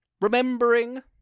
remembering